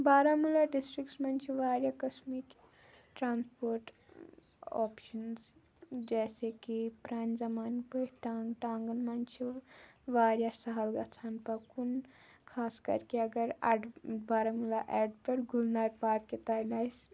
Baramulla districts منٛز چھِ واریاہ قٕسمٕکۍ ٹرٛانسپوٹ اوٚپشَنٕز جیسے کہِ پرٛانہِ زمانہٕ پٲٹھۍ ٹانٛگہٕ ٹانٛگَن منٛز چھِ واریاہ سہل گژھان پَکُن خاص کر کہِ اگر اَڑٕ بارہمولہ اَڑٕ پٮ۪ٹھ گُلنار پارکہِ تام اَسہِ